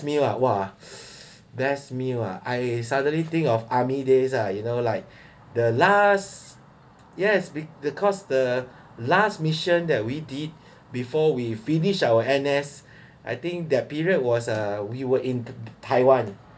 meal uh !wah! best meal uh !wah! I suddenly think of army days ah you know like the last yes the cause the last mission that we did before we finish our N_S I think their period was uh we were in taiwan